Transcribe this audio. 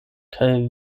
kaj